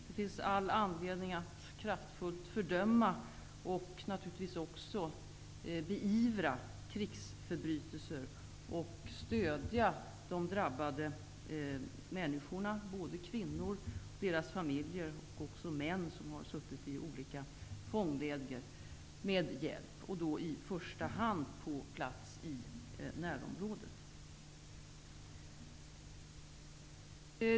Det finns all anledning att kraftfullt fördöma och givetvis även beivra krigsförbrytelser samt stödja de drabbade människorna, kvinnorna och deras familjer samt män som har suttit i olika fångläger, och ge dem hjälp, då i första hand på platser i närområdet.